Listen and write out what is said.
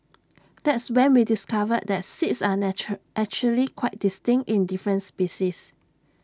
that's when we discovered that seeds are actually quite distinct in different species